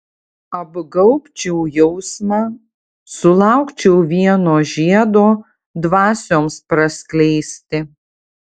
apgaubčiau jausmą sulaukčiau vieno žiedo dvasioms praskleisti